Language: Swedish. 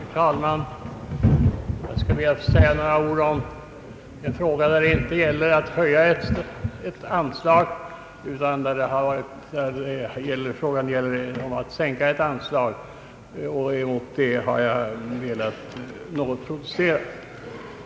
Herr talman! Jag ber att få säga några ord i en fråga där det inte gäller att höja ett anslag utan att sänka ett anslag. Emot detta har jag velat protestera.